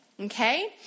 Okay